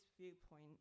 viewpoint